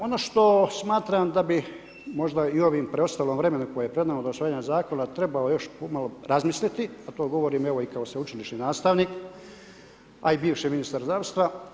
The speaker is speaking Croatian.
Ono što smatram možda i ovim preostalom vremenu koji je pred nama do osvajanja zakona trebalo još pomalo razmisliti, a to govorim evo, kao i sveučilišni nastavnik, a i bivši ministar zdravstva.